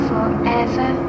Forever